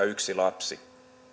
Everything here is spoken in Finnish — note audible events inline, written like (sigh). (unintelligible) yksi lapsi